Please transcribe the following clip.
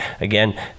Again